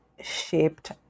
shaped